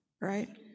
right